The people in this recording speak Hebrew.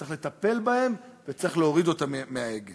צריך לטפל בהם וצריך להוריד אותם מההגה.